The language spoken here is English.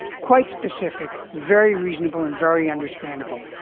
quite specific, very reasonable and very understandable.